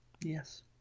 Yes